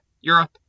Europe